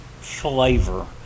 flavor